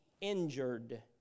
injured